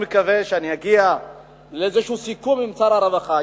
אני מקווה שאני אגיע לאיזה סיכום עם שר הרווחה.